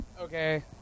Okay